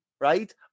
right